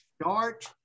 start